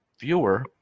viewer